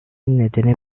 nedeni